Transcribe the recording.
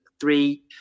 three